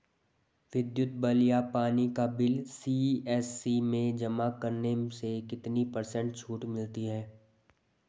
विद्युत बिल या पानी का बिल सी.एस.सी में जमा करने से कितने पर्सेंट छूट मिलती है?